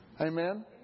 Amen